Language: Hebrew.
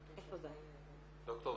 ד"ר